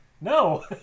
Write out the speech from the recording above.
no